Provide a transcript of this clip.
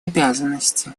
обязанности